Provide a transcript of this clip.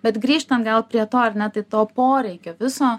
bet grįžtant gal prie to ar ne tai to poreikio viso